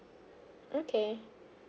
okay